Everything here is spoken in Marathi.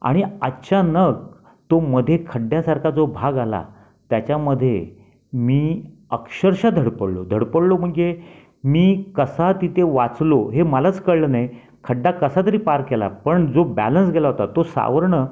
आणि अचानक तो मध्ये खड्ड्यासारखा जो भाग आला त्याच्यामध्ये मी अक्षरशः धडपडलो धडपडलो म्हणजे मी कसा तिथे वाचलो हे मलाच कळलं नाही खड्डा कसा तरी पार केला पण जो बॅलन्स गेला होता तो सावरणं